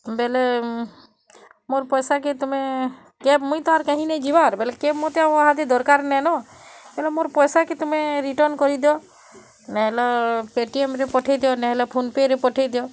ବେଲେ ମୋର ପଇସା କି ତୁମେ କ୍ୟାବ୍ ମୁଇଁ ତାହାର୍ କେଇ ନେଇ ଯିବାର୍ ବୋଲେ କ୍ୟାବ୍ ମୋତେ ଦରକାର ନାଇନ ହେଲେ ମୋର ପଇସା କି ତମେ ରିଟର୍ଣ୍ଣ କରିଦିଅ ନେଇଲୋ ପେଟିଏମ୍ରେ ପଠାଇ ଦିଅ ନେହିଲେ ଫୋନ ପେ'ରେ ପଠାଇ ଦିଅ